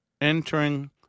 entering